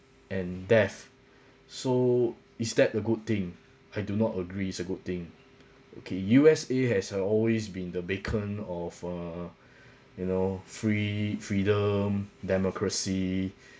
and death so is that a good thing I do not agree is a good thing okay U_S_A has uh always been the beacon of uh you know free freedom democracy